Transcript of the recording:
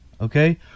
okay